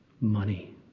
Money